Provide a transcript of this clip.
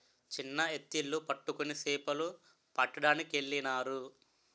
చిన్న ఎత్తిళ్లు పట్టుకొని సేపలు పట్టడానికెళ్ళినారు